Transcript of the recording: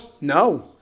No